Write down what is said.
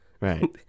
Right